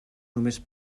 només